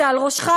זה על ראשך,